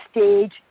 stage